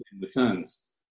returns